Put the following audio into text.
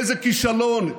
איזה כישלון.